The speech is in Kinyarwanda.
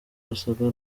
wasaga